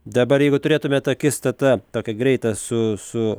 dabar jeigu turėtumėt akistatą tokią greitą su su